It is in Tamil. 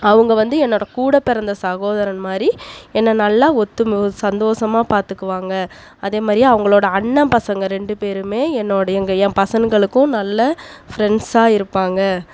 அவங்க வந்து என்னோடய கூட பிறந்த சகோதரன் மாதிரி என்னை நல்லா ஒத்து சந்தோசமாக பார்த்துக்குவாங்க அதேமாதிரியே அவங்களோடய அண்ணன் பசங்கள் ரெண்டு பேரும் என்னோடய எங் என் பசங்களுக்கும் நல்ல ஃப்ரெண்ட்ஸாக இருப்பாங்க